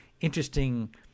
interesting